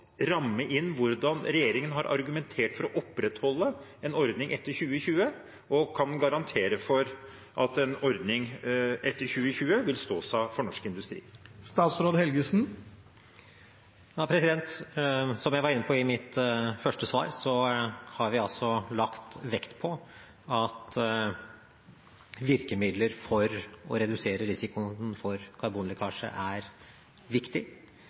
ramme inn hvordan regjeringen har argumentert for å opprettholde en ordning etter 2020, og kan han garantere for at en ordning etter 2020 vil stå seg for norsk industri? Som jeg var inne på i mitt første svar, har vi lagt vekt på at virkemidler for å redusere risikoen for karbonlekkasje er viktig.